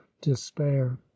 despair